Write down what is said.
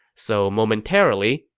so momentarily,